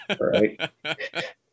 right